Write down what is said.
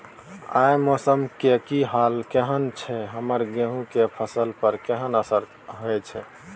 आय मौसम के हाल केहन छै हमर गेहूं के फसल पर केहन असर होय छै?